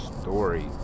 Story